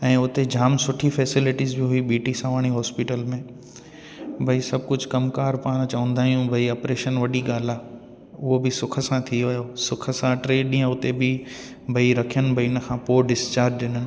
ऐं उते जामु सुठी फैसेलिटीस बि हुई बी टी सावाणी हॉस्पिटल में भई सभु कुझु कमुकार पाण चवंदा आहियूं भई अपरेशन वॾी ॻाल्हि आहे उहो बि सुख सां थी वियो सुख सां टे ॾींहुं उते बि भई रखियनि भई हिन खां पोइ डिस्चार्ज ॾिननि